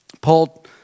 Paul